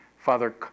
Father